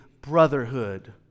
brotherhood